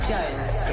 Jones